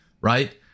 right